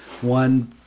one